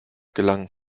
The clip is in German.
gelangen